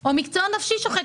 או מקצוע נפשי שוחק,